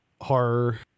horror